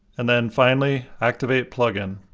and then finally, activate plugin.